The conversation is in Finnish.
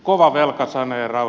kova velkasaneeraus